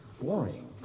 boring